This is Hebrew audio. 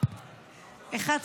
אושר.